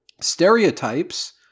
stereotypes